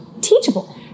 teachable